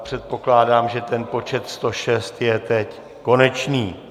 Předpokládám, že ten počet 106 je teď konečný.